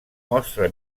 mostra